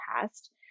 past